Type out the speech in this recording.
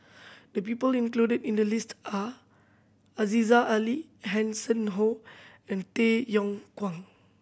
the people included in the list are Aziza Ali Hanson Ho and Tay Yong Kwang